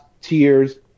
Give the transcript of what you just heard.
tears